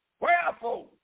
wherefore